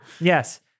yes